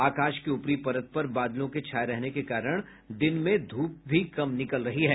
आकाश के ऊपरी परत पर बादलों के छाये रहने के कारण दिन में धूप कम निकल रही है